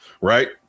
right